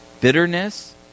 Bitterness